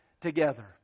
together